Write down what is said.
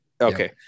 okay